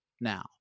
now